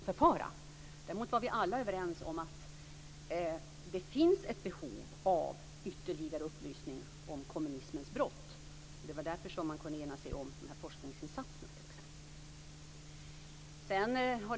Fru talman! Sten Anderssons frågade om det var Vänsterpartiet som var emot under partiledaröverläggningen. Det var det inte. Det var väldigt spridda åsikter bland partierna, och det gick inte att enas om en linje i fråga om hur vi skulle förfara. Däremot var vi alla överens om att det finns ett behov av ytterligare upplysning om kommunismens brott. Det var därför som man kunde ena sig om forskningsinsatserna.